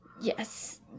Yes